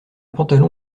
pantalon